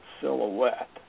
silhouette